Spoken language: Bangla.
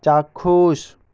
চাক্ষুষ